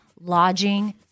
lodging